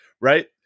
right